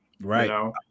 right